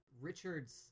Richard's